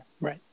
Right